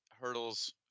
hurdles